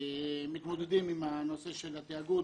מתמודדים עם הנושא של התיאגוד.